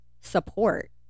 support